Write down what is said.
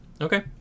Okay